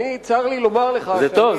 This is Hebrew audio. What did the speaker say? אני, צר לי לומר לך, זה טוב.